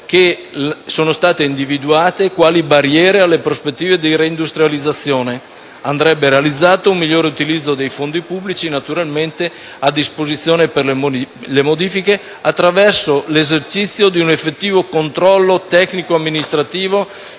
che sono state individuate quali barriere alle prospettive di reindustrializzazione. Andrebbe realizzato un miglior utilizzo dei fondi pubblici a disposizione per le bonifiche, attraverso l'esercizio di un effettivo controllo tecnico-amministrativo